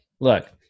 look